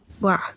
Wow